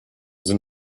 sind